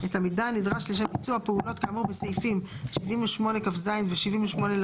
את המידע הנדרש לשם ביצוע הפעולות כאמור בסעיפים 78כז ו-78לב,